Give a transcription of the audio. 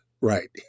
right